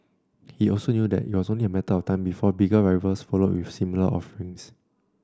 he also knew that it was only a matter of time before bigger rivals followed with similar offerings